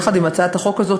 יחד עם הצעת החוק הזאת,